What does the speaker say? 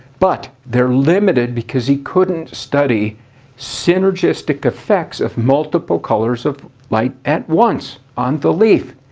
but they're limited because he couldn't study synergistic effects of multiple colors of light at once on the leaf.